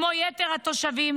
כמו יתר התושבים,